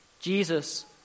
Jesus